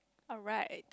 alright